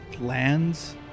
lands